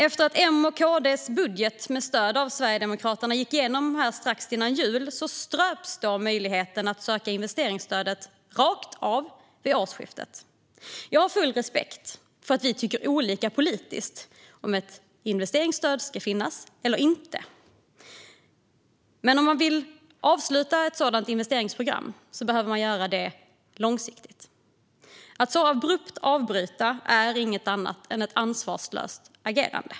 Efter att M:s och KD:s budget med stöd av Sverigedemokraterna gick igenom strax före jul ströps möjligheten att söka investeringsstödet rakt av vid årsskiftet. Jag har full respekt för att vi politiskt tycker olika i frågan om ett investeringsstöd ska finnas eller inte, men om man vill avsluta ett sådant investeringsprogram behöver man göra det på ett långsiktigt sätt. Att så abrupt avbryta är inget annat än ett ansvarslöst agerande.